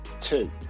Two